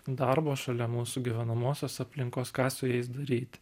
darbo šalia mūsų gyvenamosios aplinkos ką su jais daryt